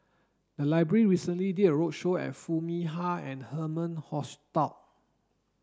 the library recently did a roadshow and Foo Mee Har and Herman Hochstadt